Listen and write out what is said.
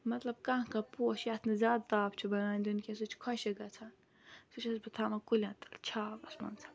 مطلب کانٛہہ کانٛہہ پوش یَتھ نہٕ زیادٕ تاپھ چھُ بَنان دیُن کینٛہہ سُہ چھِ خۄشِک گژھان سُہ چھَس بہٕ تھَوان کُلٮ۪ن تَل چھاوَس منٛز